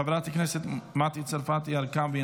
חברת הכנסת מטי צרפתי הרכבי,